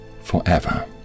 forever